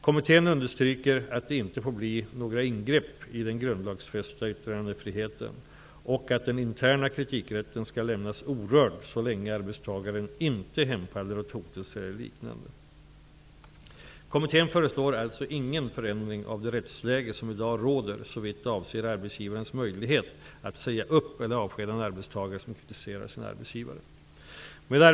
Kommittén understryker att det inte får bli några ingrepp i den grundlagsfästa yttrandefriheten och att den interna kritikrätten skall lämnas orörd så länge arbetstagaren inte hemfaller åt hotelser eller liknande. Kommittén föreslår alltså ingen förändring av det rättsläge som i dag råder såvitt avser arbetsgivarens möjlighet att säga upp eller avskeda en arbetstagare som kritiserar sin arbetsgivare.